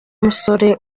musore